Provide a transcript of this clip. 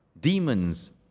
demons